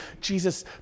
Jesus